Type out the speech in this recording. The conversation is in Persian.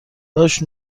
داشت